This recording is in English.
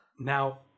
Now